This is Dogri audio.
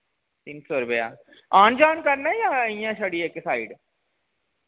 तिन सौ रपेया आन जान करना जां इयां छड़ी इक साइड